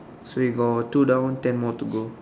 so we got two down ten more to go